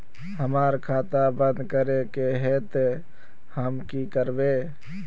हमर खाता बंद करे के है ते हम की करबे?